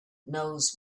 knows